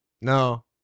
No